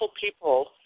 people